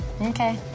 Okay